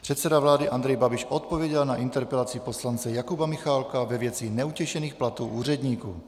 Předseda vlády Andrej Babiš odpověděl na interpelaci poslance Jakuba Michálka ve věci neutěšených platů úředníků.